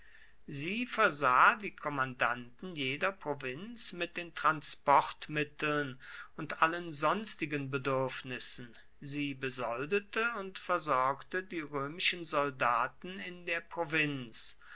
sie versah die kommandanten jeder provinz mit den transportmitteln und allen sonstigen bedürfnissen sie besoldete und versorgte die römischen soldaten in der provinz